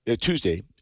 Tuesday